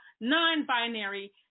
non-binary